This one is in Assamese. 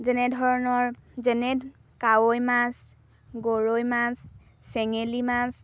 যেনে ধৰণৰ যেনে কাৱৈ মাছ গৰৈ মাছ চেঙেলী মাছ